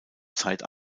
zeit